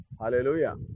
Hallelujah